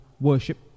worship